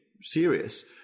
serious